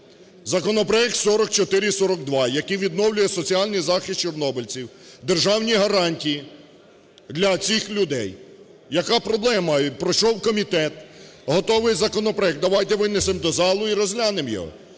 Законопроект 4442, який відновлює соціальний захист чорнобильців, державні гарантії для цих людей. Яка проблема? Пройшов комітет, готовий законопроект, давайте винесемо до залу і розглянемо його.